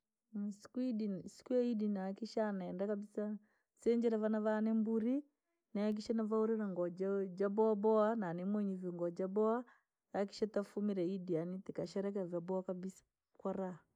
Siku ya idi, siku ya idi nahakikisha neenda kabisa chinjire vaana vane mburi, nihakikishe navaurire ngoo jaabowa boowa na nimwinyi nguo jaboa, nihakikishe tasherekire idi yaani tukasherekea vyaboowa kabisa kwaraha.